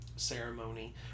Ceremony